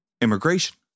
immigration